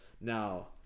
Now